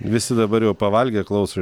visi dabar jau pavalgę klauso